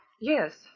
Yes